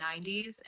90s